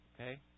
Okay